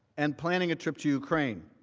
and planning a trip to ukraine.